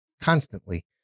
constantly